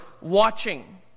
watching